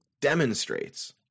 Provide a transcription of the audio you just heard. demonstrates